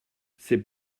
c’est